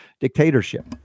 dictatorship